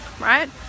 right